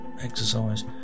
exercise